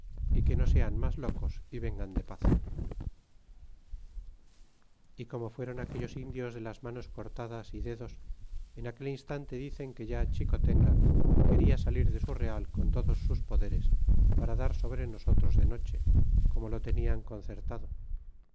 y que no sean mas locos y vengan de paz y como fueron aquellos indios de las manos cortadas y dedos en aquel instante dicen que ya xicotenga queda salir de su real con todos sus poderes para dar sobre nosotros de noche como lo tenian concertado